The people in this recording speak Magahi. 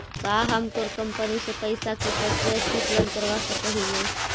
का हम तोर कंपनी से पइसा के प्रत्यक्ष विकलन करवा सकऽ हिअ?